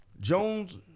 Jones